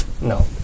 No